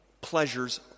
pleasures